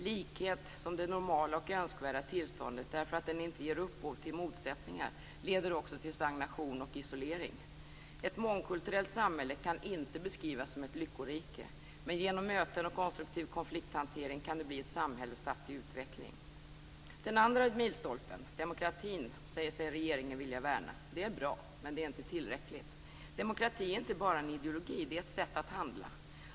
Likhet som det normala och önskvärda tillståndet därför att det inte ger upphov till motsättningar leder också till stagnation och isolering. Ett mångkulturellt samhälle kan inte beskrivas som ett lyckorike, men genom möten och konstruktiv konflikthantering kan det bli ett samhälle statt i utveckling. Den andra milstolpen - demokratin - säger sig regeringen vilja värna. Det är bra, men det är inte tillräckligt. Demokrati är inte bara en ideologi utan ett sätt att handla.